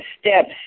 steps